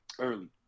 early